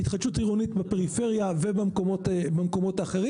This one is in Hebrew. התחדשות עירונית בפריפריה ובמקומות אחרים